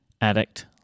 Addict